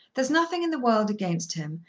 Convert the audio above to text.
there's nothing in the world against him,